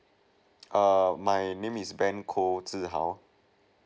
err my name is ben koh xi hao